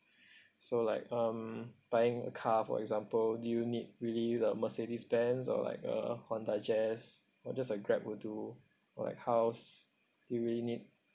so like um buying a car for example do you need really the Mercedes-Benz or like a Honda Jazz or just a grab will do like house do we need